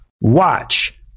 watch